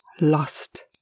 lost